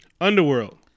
Underworld